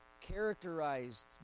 Characterized